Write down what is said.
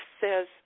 says